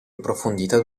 approfondita